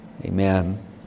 Amen